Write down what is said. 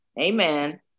Amen